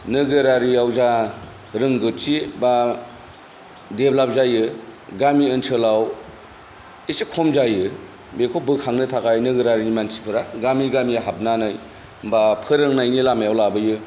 नोगोरारियाव जा रोंगोथि बा डेभेलप जायो गामि ओनसोलाव एसे खम जायो बेखौ बोखांनो थाखाय नोगोरारि मानसिफोरा गामि गामि हाबनानै बा फोरोंनायनि लामायाव लाबोयो